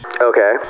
Okay